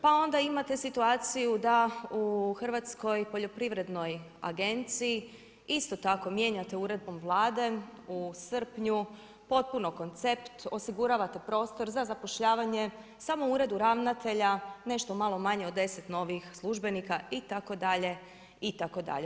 Pa onda imate situaciju da u Hrvatskoj poljoprivrednoj agenciji isto tako mijenjate uredbom Vlade u srpnju potpuno koncept osiguravate prostor za zapošljavanje samo u uredu ravnatelja nešto malo manje od deset novih službenika itd., itd.